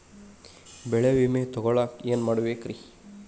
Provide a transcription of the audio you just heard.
ಬೆಳೆ ವಿಮೆ ತಗೊಳಾಕ ಏನ್ ಮಾಡಬೇಕ್ರೇ?